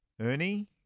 Ernie